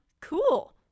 cool